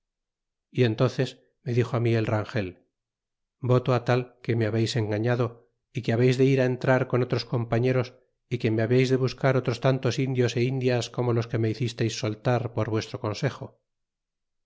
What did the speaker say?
y entónces me dixo á mi el rangel voto a tal que me habeis engañado que habeis de ir á entrar con otros compañeros que me habeis de buscar otros tantos indios indias como los que me hicistes soltar por vuestro consejo